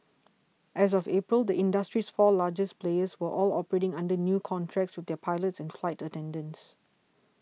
as of April the industry's four largest players were all operating under new contracts with their pilots and flight attendants